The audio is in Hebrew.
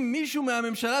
אם מישהו מהממשלה,